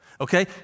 okay